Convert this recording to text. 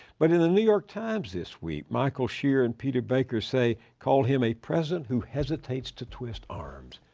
but in the new york times this week, michael shear and peter baker say, call him, a president who hesitates to twist arms.